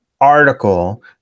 article